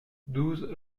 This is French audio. douze